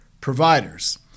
providers